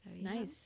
Nice